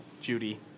Judy